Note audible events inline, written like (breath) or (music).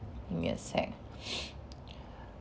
give me a sec (breath)